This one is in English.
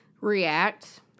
react